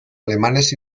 alemanes